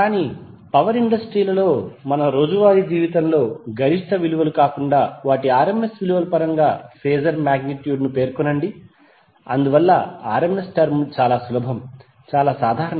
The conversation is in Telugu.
కానీ పవర్ ఇండస్ట్రీలలో మన రోజువారీ జీవితంలో గరిష్ట విలువలు కాకుండా వాటి rms విలువ పరంగా ఫేజర్ మాగ్నిట్యూడ్ పేర్కొనబడింది అందువల్ల rms టర్మ్ చాలా సాధారణం